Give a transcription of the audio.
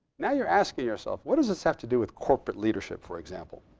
now you're asking yourself, what does this have to do with corporate leadership, for example?